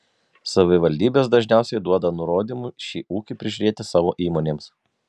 savivaldybės dažniausiai duoda nurodymų šį ūkį prižiūrėti savo įmonėms